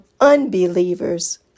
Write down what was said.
unbelievers